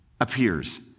appears